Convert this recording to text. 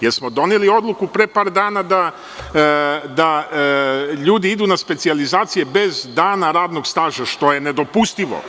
Da li smo doneli odluku pre par dana da ljudi idu na specijalizacije bez dana radnog staža što je nedopustivo.